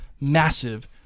massive